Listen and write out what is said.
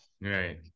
right